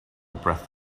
breath